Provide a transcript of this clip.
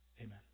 Amen